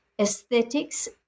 aesthetics